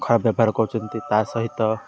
ଖରାପ ବ୍ୟବହାର କରୁଛନ୍ତି ତା' ସହିତ